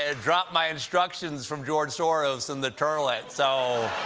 ah dropped my instructions from george soros in the terlet! so,